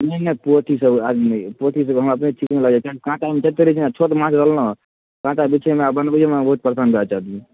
नहि नहि पोठी सब आइ नहि अइ पोठी मे हमरा ठीक नहि लगै छै काँट तत्ते रहै छै ने छोट माँछ रहल ने काँटा बीछैमे आ बनबैओ मे बहुत परेशानी भए जाएत